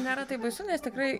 nėra taip baisu nes tikrai